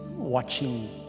watching